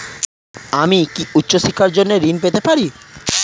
আমি উচ্চশিক্ষার জন্য কি ঋণ পেতে পারি?